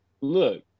look